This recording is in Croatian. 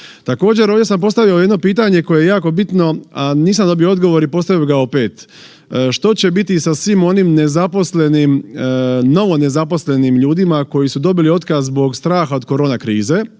Također ovdje sam postavio jedno pitanje koje je jako bitno, a nisam dobio odgovor i postavio bi ga opet. Što će biti sa svim onim nezaposlenim, novo nezaposlenim ljudima koji su dobili otkaz zbog straha od korona krize,